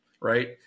right